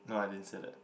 no I didn't say that